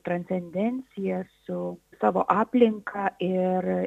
transcendencija su savo aplinka ir